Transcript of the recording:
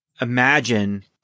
imagine